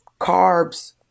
carbs